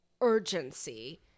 urgency